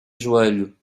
joelho